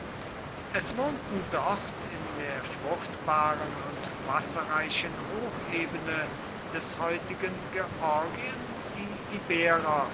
es wohnten dort in der fruchtbaren und wasserreichen hochebene des heutigen georgien die